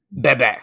bebe